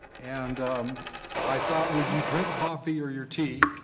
and i thought when you drink coffee or your tea,